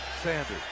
Sanders